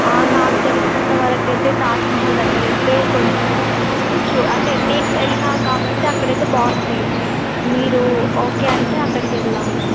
నాకు తెలిసినంతవరకు అయితే తాజ్ మహల్ దగ్గర అయితే కొంచెం చ అంటే నేను వెళ్ళినా కాబట్టి అక్కడ అయితే బాగుంటాయి మీరు ఓకే అంటే అక్కడికి వెళదాం